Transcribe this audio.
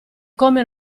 come